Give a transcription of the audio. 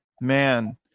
man